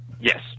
Yes